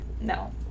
No